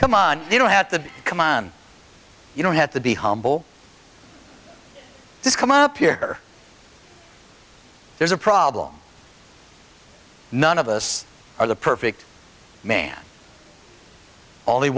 come on you don't have to come on you don't have to be humble this come up here there's a problem none of us are the perfect man only